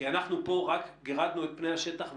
כי אנחנו פה רק גרדנו את פני השטח,